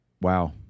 wow